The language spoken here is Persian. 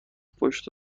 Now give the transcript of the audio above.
پشت